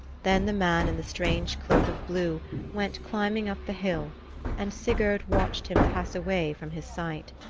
then the man in the strange cloak of blue went climbing up the hill and sigurd watched him pass away from his sight.